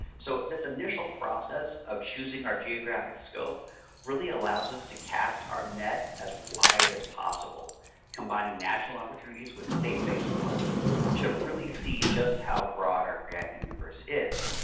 so this initial process of choosing our geographic scope really allows us to cast our net as wide as possible combining national opportunities with state-based ones to really see just how broad our grant universe is.